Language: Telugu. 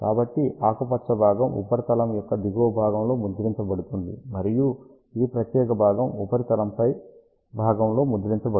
కాబట్టి ఆకుపచ్చ భాగం ఉపరితలం యొక్క దిగువ భాగంలో ముద్రించబడుతుంది మరియు ఈ ప్రత్యేక భాగం ఉపరితలం పై భాగంలో ముద్రించబడుతుంది